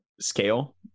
scale